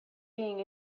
being